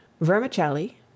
vermicelli